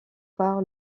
par